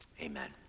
Amen